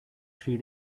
three